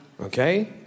Okay